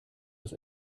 des